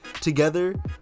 Together